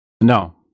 No